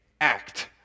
act